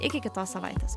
iki kitos savaitės